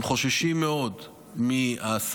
הם חוששים מאוד מההסעות